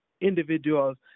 individuals